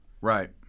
Right